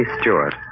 Stewart